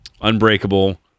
Unbreakable